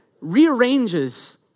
rearranges